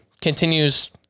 continues